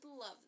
love